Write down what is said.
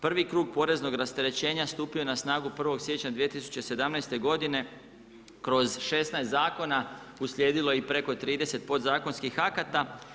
Prvi krug poreznog rasterećenja stupio je na snagu 1.1.2017. godine kroz 16 zakona, uslijedilo je i preko 30 podzakonskih akata.